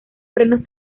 frenos